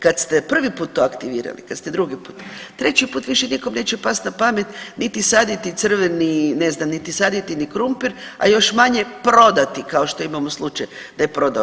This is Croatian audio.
Kad ste prvi put to aktivirali, kad ste drugi put, treći put više nikom neće past na pamet niti saditi crveni ne znam niti saditi ni krumpir, a još manje prodati kao što imamo slučaj da je prodao.